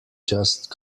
just